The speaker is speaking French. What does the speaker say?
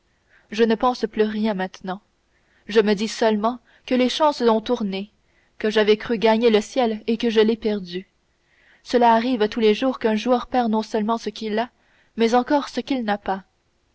je ne pense plus rien maintenant je me dis seulement que les chances ont tourné que j'avais cru gagner le ciel et que je l'ai perdu cela arrive tous les jours qu'un joueur perd non seulement ce qu'il a mais encore ce qu'il n'a pas